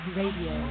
radio